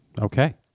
Okay